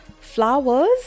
flowers